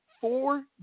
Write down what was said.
four